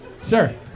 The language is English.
Sir